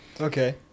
Okay